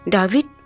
David